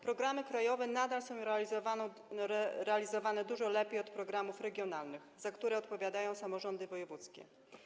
Programy krajowe nadal są realizowane dużo lepiej od programów regionalnych, za które odpowiadają samorządy wojewódzkie.